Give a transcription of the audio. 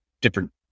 different